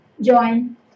join